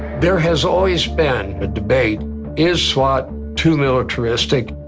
there has always been a debate is swat too militaristic?